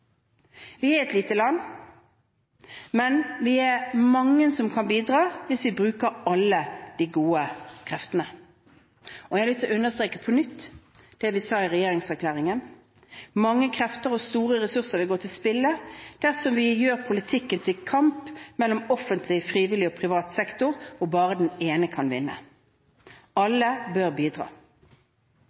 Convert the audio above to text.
Vi er et lite land, men vi er mange som kan bidra, hvis vi bruker alle de gode kreftene. Jeg vil på nytt understreke det vi sa i regjeringserklæringen: «Mange krefter og store ressurser vil gå til spille dersom vi gjør politikken til kamp mellom offentlig, frivillig og privat sektor, hvor bare den ene kan vinne.» Alle bør bidra.